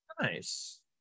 Nice